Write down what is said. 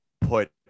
put